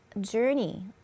journey